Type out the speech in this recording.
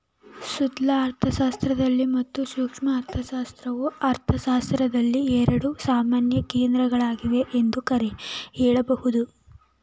ಸ್ಥೂಲ ಅರ್ಥಶಾಸ್ತ್ರ ಮತ್ತು ಸೂಕ್ಷ್ಮ ಅರ್ಥಶಾಸ್ತ್ರವು ಅರ್ಥಶಾಸ್ತ್ರದಲ್ಲಿ ಎರಡು ಸಾಮಾನ್ಯ ಕ್ಷೇತ್ರಗಳಾಗಿವೆ ಎಂದು ಹೇಳಬಹುದು